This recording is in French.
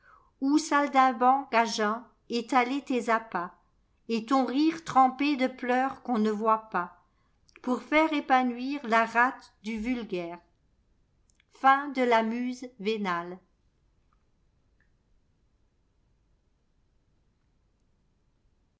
ou saltimbanque à jeun étaler tes appas et ton rire trempé de pleurs qu'on ne voit pas pour faire épanouir la rate du vulgaire